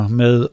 med